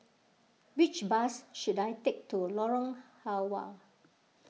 which bus should I take to Lorong Halwa